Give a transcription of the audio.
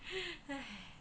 !hais!